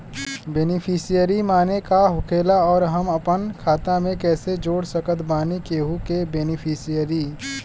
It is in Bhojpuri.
बेनीफिसियरी माने का होखेला और हम आपन खाता मे कैसे जोड़ सकत बानी केहु के बेनीफिसियरी?